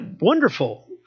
Wonderful